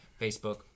Facebook